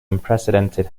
unprecedented